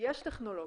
יש טכנולוגיות.